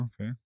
Okay